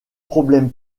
problème